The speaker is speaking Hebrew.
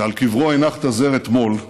שעל קברו הנחת זר אתמול,